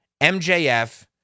MJF